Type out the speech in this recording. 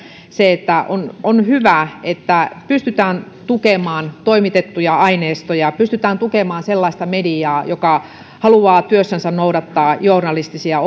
se että on on hyvä että pystytään tukemaan toimitettuja aineistoja pystytään tukemaan sellaista mediaa joka haluaa työssänsä noudattaa journalistisia